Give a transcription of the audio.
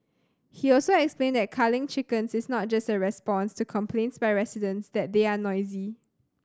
he also explained that culling chickens is not just a response to complaints by residents that they are noisy